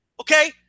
Okay